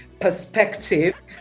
perspective